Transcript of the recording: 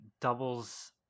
doubles